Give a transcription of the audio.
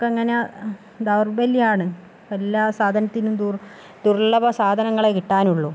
ഇപ്പോൾ അങ്ങനെ ദൗർലഭ്യമാണ് ഇപ്പം എല്ലാ സാധനത്തിനും ദു ദുർലഭ സാധനങ്ങളെ കിട്ടാനുള്ളൂ